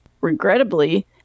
Regrettably